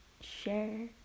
share